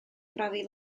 brofi